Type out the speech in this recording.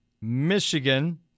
Michigan